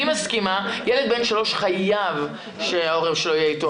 מסכימה לכך שילד בן 3 חייב שההורה שלו יהיה איתו,